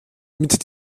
mit